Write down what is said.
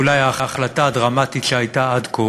אולי ההחלטה הדרמטית שהייתה עד כה